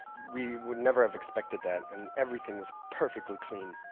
we would never have expected that. and everything was perfectly clean.